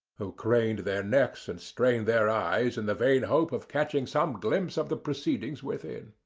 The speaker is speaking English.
who craned their necks and strained their eyes in the vain hope of catching some glimpse of the proceedings within.